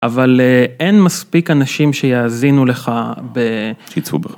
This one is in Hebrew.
אבל אין מספיק אנשים שיאזינו לך, שיצאו בך.